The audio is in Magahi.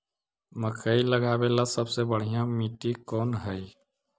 मकई लगावेला सबसे बढ़िया मिट्टी कौन हैइ?